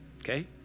okay